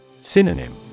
Synonym